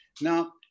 Now